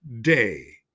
day